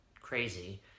crazy